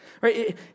Right